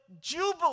Jubilee